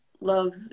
love